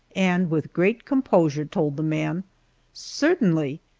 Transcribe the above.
and with great composure told the man certainly,